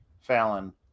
Fallon